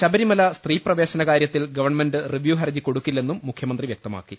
ശബരിമല സ്ത്രീപ്രവേശന കാര്യത്തിൽ government review ഹർജി കൊടുക്കില്ലെന്നും മുഖ്യമന്ത്രി വൃക്തമാക്കി